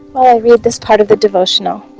while i read this part of the devotional.